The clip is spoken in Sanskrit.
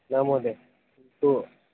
न महोदय तु